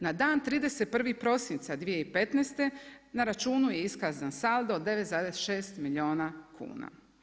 Na dan 31. prosinca 2015. na računu je iskazan saldo od 9,6 milijuna kuna.